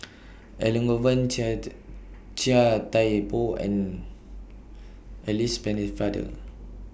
Elangovan Chia The Chia Thye Poh and Alice Pennefather